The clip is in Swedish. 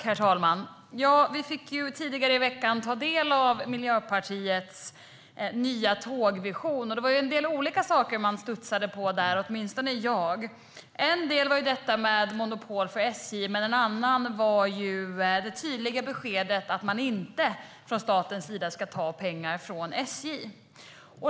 Herr talman! Vi fick tidigare i veckan ta del av Miljöpartiets nya tågvision. Det var en del olika saker man studsade på där, åtminstone jag. En del var detta med monopol för SJ. En annan var det tydliga beskedet att man inte från statens sida ska ta pengar från SJ.